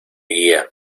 guía